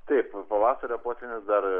taip pavasario potvynis dar